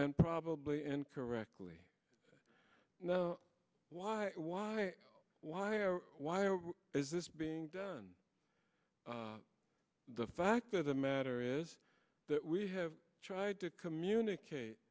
and probably incorrectly know why why why or why is this being done the fact of the matter is that we have tried to communicate